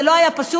זה לא היה פשוט,